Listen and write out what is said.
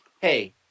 hey